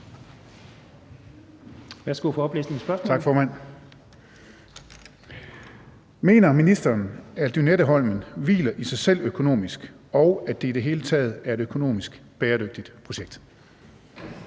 Værsgo for oplæsning af spørgsmålet. Kl. 13:08 Torsten Gejl (ALT): Tak, formand. Mener ministeren, at Lynetteholmen hviler i sig selv økonomisk, og at det i det hele taget er et økonomisk bæredygtigt projekt?